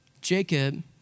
Jacob